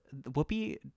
Whoopi